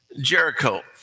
Jericho